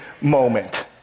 moment